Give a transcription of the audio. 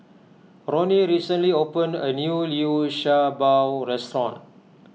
Roni recently opened a new Liu Sha Bao restaurant